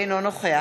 אינו נוכח